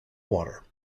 water